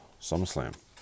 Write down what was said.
SummerSlam